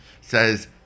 says